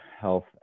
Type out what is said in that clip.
health